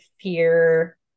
fear